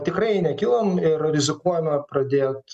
tikrai nekilom yra rizikuojame pradėt